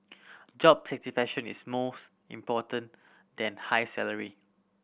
job satisfaction is most important than high salary